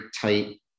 tight